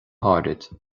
háirithe